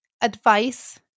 advice